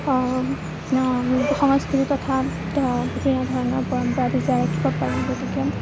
সংস্কৃতি তথা তেনেধৰণৰ পৰম্পৰা বজাই ৰাখিব পাৰিম গতিকে